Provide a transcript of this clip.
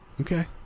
Okay